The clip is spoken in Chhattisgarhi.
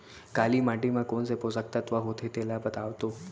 काली माटी म कोन से पोसक तत्व होथे तेला बताओ तो?